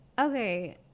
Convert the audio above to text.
okay